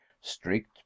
strict